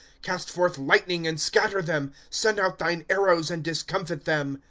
cast forth lightning, and scatter them send out thine arrows, and discomfit them.